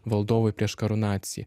valdovui prieš karūnaciją